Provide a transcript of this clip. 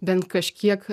bent kažkiek